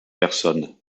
personne